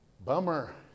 bummer